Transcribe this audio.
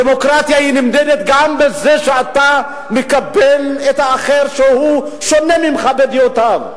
דמוקרטיה נמדדת גם בזה שאתה מקבל את האחר שהוא שונה ממך בדעותיו.